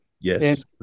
Yes